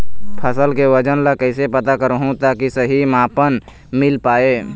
फसल के वजन ला कैसे पता करहूं ताकि सही मापन मील पाए?